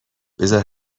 بزار